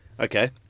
Okay